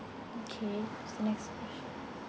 okay so next question